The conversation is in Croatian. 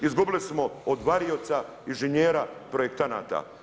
Izgubili smo od varioca, inženjera, projektanata.